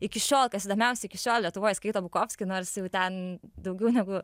iki šiol kas įdomiausia iki šiol lietuvoj skaito bukovskį nors jau ten daugiau negu